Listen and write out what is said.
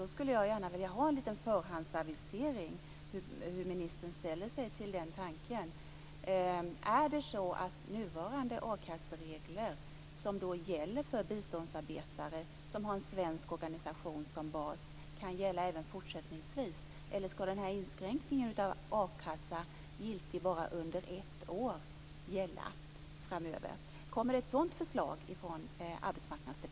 Jag skulle gärna vilja ha en liten förhandsavisering om hur ministern ställer sig till den tanken. Skall nuvarande a-kasseregler, som gäller för biståndsarbetare som har en svensk organisation som bas, gälla även fortsättningsvis? Eller skall denna inskränkning om att a-kassa bara skall vara giltig under ett år gälla framöver? Kommer det ett sådant förslag från Näringsdepartementet?